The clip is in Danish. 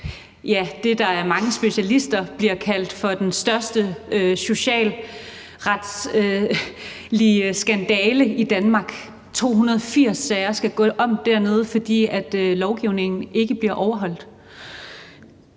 for det, der af mange specialister bliver kaldt for den største socialretlige skandale i Danmark. 280 sager skal gå om dernede, fordi lovgivningen ikke er blevet overholdt.